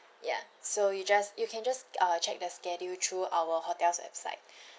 ya so you just you can just uh check the schedule through our hotel's website